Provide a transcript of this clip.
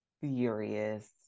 furious